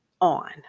on